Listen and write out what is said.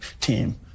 team